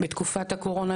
בתקופת הקורונה,